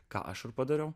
ką aš padariau